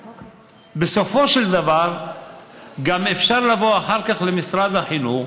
בסופו של דבר גם אפשר לבוא אחר כך למשרד החינוך